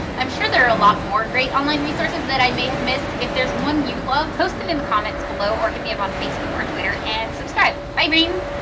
i'm sure there are a lot more great online resources that i may have missed. if there's one you love post it in the comments below or hit me on facebook or twitter and subscribe. bye brains!